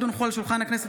הצעת חוק הצבת